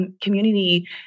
community